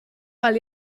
weil